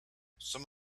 some